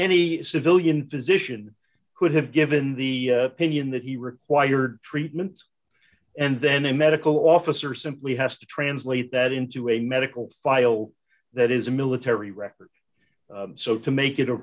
any civilian physician could have given the opinion that he required treatment and then the medical officer simply has to translate that into a medical file that is a military record so to make it a